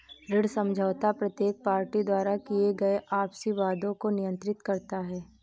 ऋण समझौता प्रत्येक पार्टी द्वारा किए गए आपसी वादों को नियंत्रित करता है